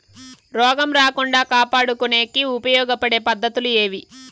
రోగం రాకుండా కాపాడుకునేకి ఉపయోగపడే పద్ధతులు ఏవి?